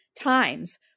times